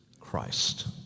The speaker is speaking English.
Christ